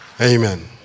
Amen